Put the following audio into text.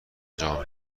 جان